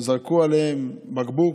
וזרקו עליהם בקבוק.